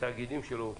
תאגידים שלא הוקמו?